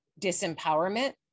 disempowerment